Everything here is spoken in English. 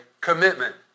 commitment